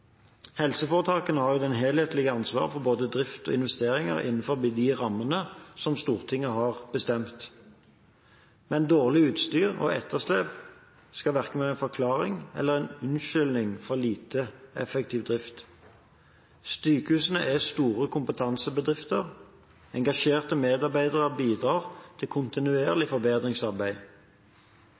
Helseforetakene har det helhetlige ansvar for drift og investeringer innenfor de rammene som Stortinget har bestemt. Dårlig utstyr og etterslep skal verken være en forklaring eller en unnskyldning for lite effektiv drift. Sykehusene er store kompetansebedrifter. Engasjerte medarbeidere bidrar til kontinuerlig forbedringsarbeid.